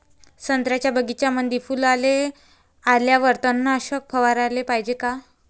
संत्र्याच्या बगीच्यामंदी फुलाले आल्यावर तननाशक फवाराले पायजे का?